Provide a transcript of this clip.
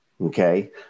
okay